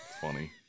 funny